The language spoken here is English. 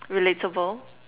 relatable